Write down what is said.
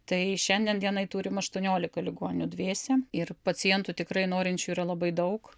tai šiandien dienai turim aštuoniolika ligonių dviese ir pacientų tikrai norinčių yra labai daug